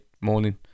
morning